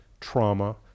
trauma